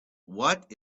what